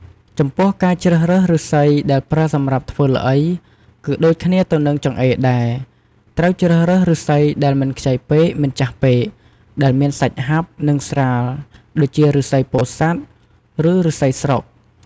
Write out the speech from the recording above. ចំពោះការជ្រើសរើសឫស្សីដែលប្រើសម្រាប់ធ្វើល្អី គឺដូចគ្នាទៅនឹងចង្អេរដែរ ត្រូវជ្រើសរើសឫស្សីដែលមិនខ្ចីពេក មិនចាស់ពេក ដែលមានសាច់ហាប់ និងស្រាល ដូចជា ឫស្សីពោធិ៍សាត់ ឬ ឫស្សីស្រុក។